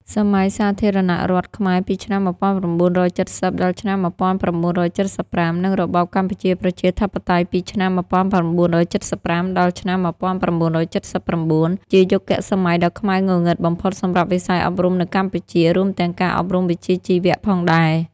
សម័យសាធារណរដ្ឋខ្មែរ ពីឆ្នាំ ១៩៧០ ដល់ឆ្នាំ ១៩៧៥ និងរបបកម្ពុជាប្រជាធិបតេយ្យ ពីឆ្នាំ ១៩៧៥ ដល់ឆ្នាំ ១៩៧៩ ជាយុគសម័យដ៏ខ្មៅងងឹតបំផុតសម្រាប់វិស័យអប់រំនៅកម្ពុជា រួមទាំងការអប់រំវិជ្ជាជីវៈផងដែរ។